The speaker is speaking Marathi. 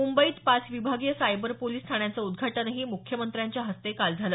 मुंबईत पाच विभागीय सायबर पोलिस ठाण्यांचं उद्घाटनही मुख्यमंत्र्यांच्या हस्ते काल झालं